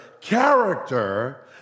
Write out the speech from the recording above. character